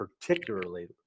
particularly